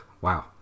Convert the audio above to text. Wow